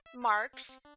marks